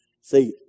See